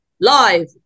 Live